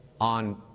on